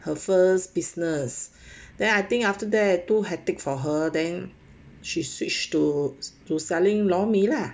her first business then I think after that too hectic for her then she switched to to selling lor mee lah